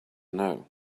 know